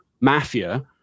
Mafia